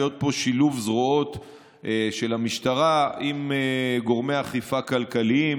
פה שילוב זרועות של המשטרה עם גורמי אכיפה כלכליים,